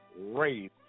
race